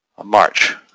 March